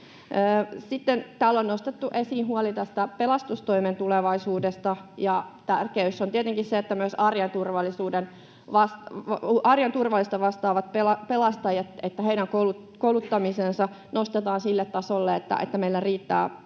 Sitten täällä on nostettu esiin huoli pelastustoimen tulevaisuudesta. On tietenkin tärkeää, että myös arjen turvallisuudesta vastaavien pelastajien kouluttaminen nostetaan sille tasolle, jolla meillä riittää resursseja